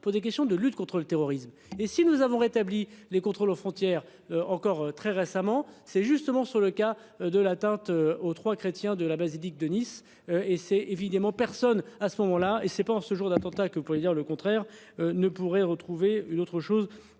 pour des questions de lutte contre le terrorisme et si nous avons rétabli les contrôles aux frontières encore très récemment, c'est justement. Dans le cas de l'atteinte aux 3 chrétien de la basilique de Nice et c'est évidemment personne à ce moment-là et c'est pas en ce jour d'attentats que pour dire le contraire ne pourrait retrouver une autre chose